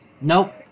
Nope